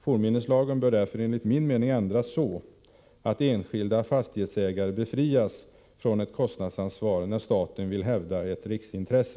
Fornminneslagen bör därför enligt min mening ändras så att enskilda fastighetsägare befrias från ett kostnadsansvar när staten vill hävda ett riksintresse.